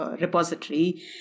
repository